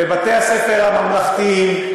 בבתי-הספר הממלכתיים.